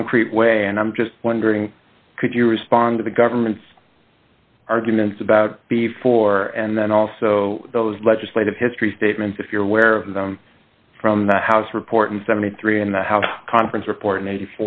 concrete way and i'm just wondering could you respond to the government's arguments about before and then also those legislative history statements if you're aware of them from the house report and seventy three in the house conference report in eighty